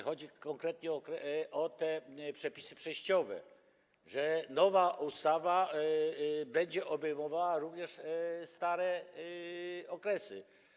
Chodzi konkretnie o przepisy przejściowe, że nowa ustawa będzie obejmowała również stare okresy.